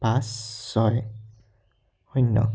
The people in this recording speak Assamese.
পাঁচ ছয় শূন্য